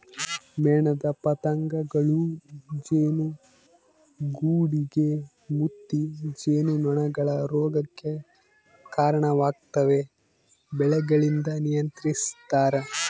ಮೇಣದ ಪತಂಗಗಳೂ ಜೇನುಗೂಡುಗೆ ಮುತ್ತಿ ಜೇನುನೊಣಗಳ ರೋಗಕ್ಕೆ ಕರಣವಾಗ್ತವೆ ಬೆಳೆಗಳಿಂದ ನಿಯಂತ್ರಿಸ್ತರ